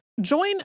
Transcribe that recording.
Join